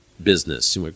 Business